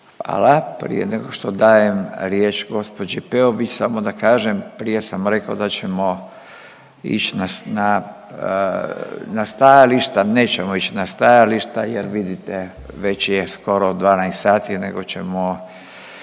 Hvala. Prije nego što dajem riječ gđi. Peović samo da kažem, prije sam rekao da ćemo ić na, na stajališta. Nećemo ić na stajališta jer vidite već je skoro 12 sati, nego ćemo,